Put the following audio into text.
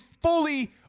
fully